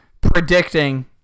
predicting